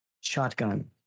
shotgun